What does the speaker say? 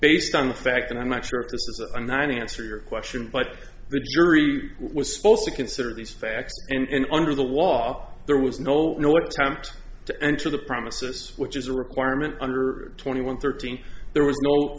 based on the fact that i'm not sure if this is on the right answer your question but the jury was supposed to consider these facts and under the law there was no north attempt to enter the promises which is a requirement under twenty one thirteen there was no